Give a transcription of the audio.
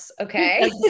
Okay